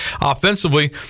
Offensively